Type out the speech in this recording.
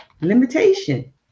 limitation